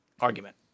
argument